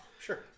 Sure